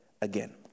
again